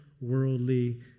worldly